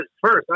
first